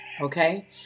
okay